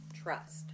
Trust